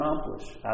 accomplish